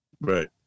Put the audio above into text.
Right